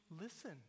listen